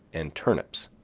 and turnips.